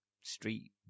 street